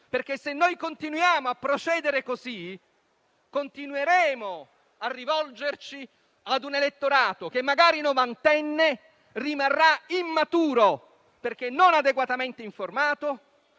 perché, se continuiamo a procedere così, continueremo a rivolgerci a un elettorato che, magari novantenne, rimarrà immaturo, perché non adeguatamente informato